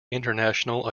international